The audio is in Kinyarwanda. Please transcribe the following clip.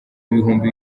ibihumbi